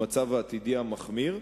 במצב העתידי המחמיר,